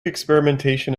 experimentation